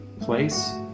place